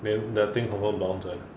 then the thing confirm bounce [one]